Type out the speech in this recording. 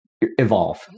evolve